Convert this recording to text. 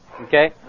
okay